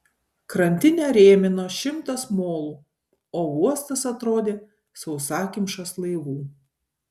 krantinę rėmino šimtas molų o uostas atrodė sausakimšas laivų